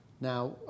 Now